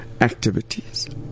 activities